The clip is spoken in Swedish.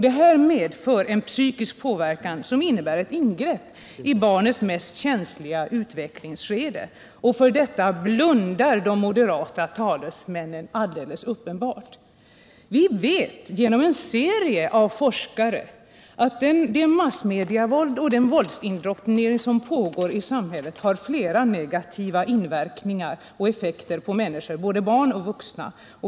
Detta medför en psykisk påverkan som 14 april 1978 innebär ett ingrepp i en människas mest känsliga utvecklingsskede. Det är alldeles uppenbart att de moderata talesmännen blundar för detta. Vi vet genom en serie av forskning att det massmediavåld och den våldsindoktrinering som pågår i samhället har flera negativa inverkningar och effekter på människor, både barn och vuxna.